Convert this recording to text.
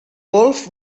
golf